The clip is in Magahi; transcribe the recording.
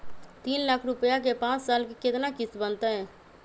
तीन लाख रुपया के पाँच साल के केतना किस्त बनतै?